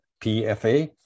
PFA